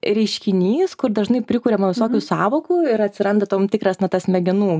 reiškinys kur dažnai prikuriama visokių sąvokų ir atsiranda tom tikras na tas smegenų